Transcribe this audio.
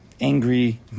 Angry